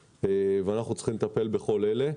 ואנחנו צריכים לטפל בכל אלה.